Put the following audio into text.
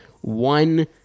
one